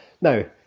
Now